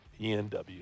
PNW